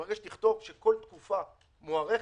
ברגע שתכתוב שכל תקופה מוארכת,